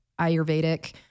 Ayurvedic